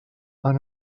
han